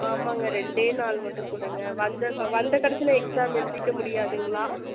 ஆமாங்க ரெண்டே நாள் மட்டும் கொடுங்க வந்து வந்த கடைசில எக்ஸாம் எழுதிக்க முடியாதுங்களா